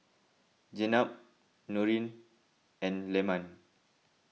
Jenab Nurin and Leman